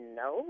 no